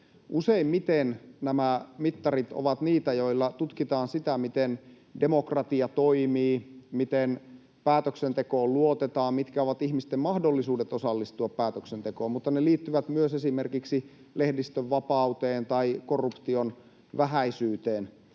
Useimmiten nämä mittarit ovat niitä, joilla tutkitaan sitä, miten demokratia toimii, miten päätöksentekoon luotetaan, mitkä ovat ihmisten mahdollisuudet osallistua päätöksentekoon, mutta ne liittyvät myös esimerkiksi lehdistönvapauteen tai korruption vähäisyyteen.